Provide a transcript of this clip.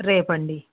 రేపండి